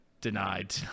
Denied